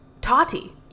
Tati